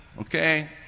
okay